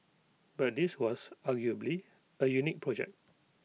but this was arguably A unique project